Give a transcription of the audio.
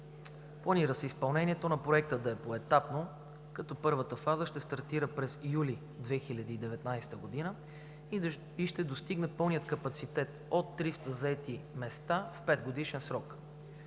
Планира се изпълнението на проекта да е поетапно, като първата фаза ще стартира през юли 2019 г. и ще достигне пълния капацитет от 300 заети места в петгодишен срок.